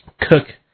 Cook